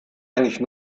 eigentlich